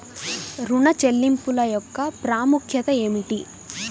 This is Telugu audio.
ఋణ చెల్లింపుల యొక్క ప్రాముఖ్యత ఏమిటీ?